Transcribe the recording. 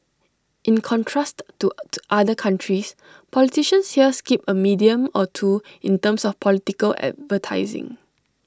in contrast to other countries politicians here skip A medium or two in terms of political advertising